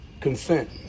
Consent